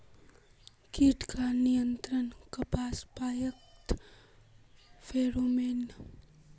कीट का नियंत्रण कपास पयाकत फेरोमोन?